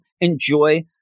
enjoy